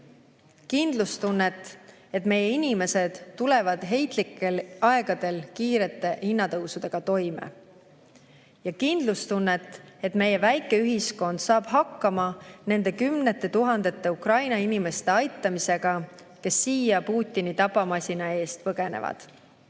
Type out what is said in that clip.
kindlustunnet, et meie inimesed tulevad heitlikel aegadel kiire hinnatõusuga toime, ja kindlustunnet, et meie väike ühiskond saab hakkama nende kümnete tuhandete Ukraina inimeste aitamisega, kes siia Putini tapamasina eest põgenevad.